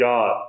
God